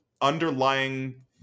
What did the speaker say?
underlying